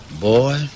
Boy